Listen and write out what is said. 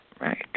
right